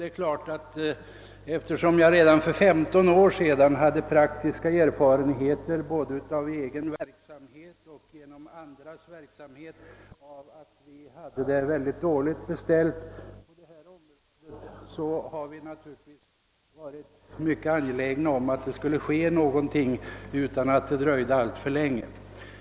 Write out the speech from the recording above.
Eftersom jag redan då hade praktiska erfarenheter både från egen verksamhet och genom andras av att det var mycket dåligt beställt på detta område, har jag naturligtvis varit mycket angelägen om att det skulle ske någonting utan alltför långt dröjsmål.